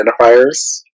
identifiers